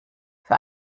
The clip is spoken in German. für